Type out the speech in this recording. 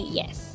yes